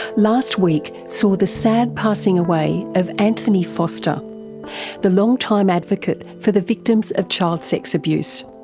last week saw the sad passing away of anthony foster the long-time advocate for the victims of child sex abuse.